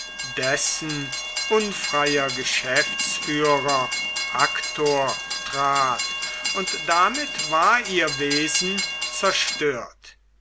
dessen unfreier geschäftsführer actor trat und damit war ihr wesen zerstört